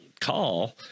call